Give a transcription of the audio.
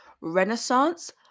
Renaissance